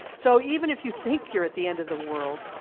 so even if you think you're at the end of the world,